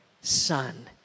son